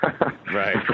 Right